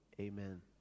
Amen